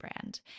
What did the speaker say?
brand